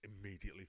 immediately